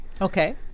Okay